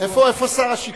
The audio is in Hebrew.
איפה שר השיכון?